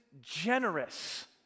generous